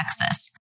Texas